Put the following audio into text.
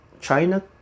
china